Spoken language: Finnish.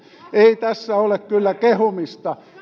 ei tässä ole kyllä kehumista